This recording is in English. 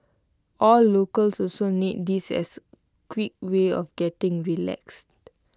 all locals also need this as quick way of getting relaxed